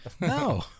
No